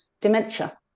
dementia